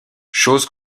chose